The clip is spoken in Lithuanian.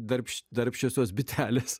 darbšti darbščiosios bitelės